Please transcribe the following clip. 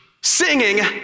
singing